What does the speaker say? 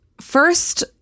first